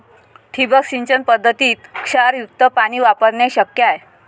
ठिबक सिंचन पद्धतीत क्षारयुक्त पाणी वापरणे शक्य आहे